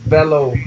bellow